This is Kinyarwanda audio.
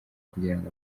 kugirango